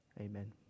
Amen